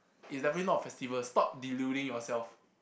it's definitely not a festival stop deluding yourself